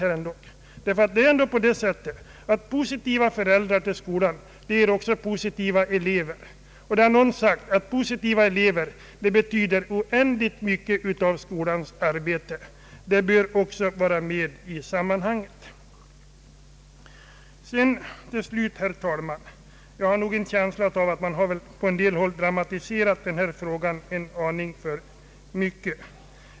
Föräldrar som är positiva till skolan ger positiva elever, och det betyder oändligt mycket för skolans arbete. Det bör också vara med i sammanhanget. Jag har nog en känsla av att man på en del håll söker dramatisera den här frågan för mycket.